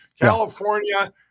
California